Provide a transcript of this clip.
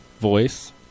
voice